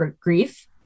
grief